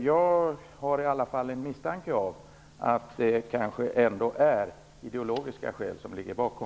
Jag har i alla fall en misstanke om att det är ideologiska skäl som ligger bakom.